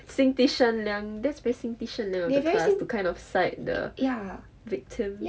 心地善良 that's very 心地善良 of the class to kind of side the victim